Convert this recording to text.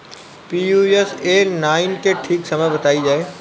Pusa nine के ठीक समय बताई जाई?